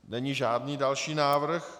Není žádný další návrh.